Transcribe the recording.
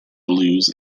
blues